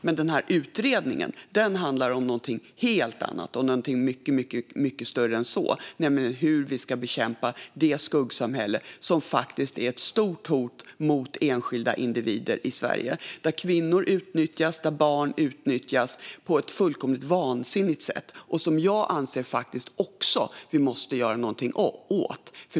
Men utredningen handlar om något helt annat och något mycket större än så, nämligen hur vi ska bekämpa det skuggsamhälle som faktiskt är ett stort hot mot enskilda individer i Sverige. Det är ett skuggsamhälle där kvinnor och barn utnyttjas på ett fullkomligt vansinnigt sätt och som jag anser att vi måste göra något åt.